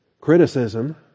criticism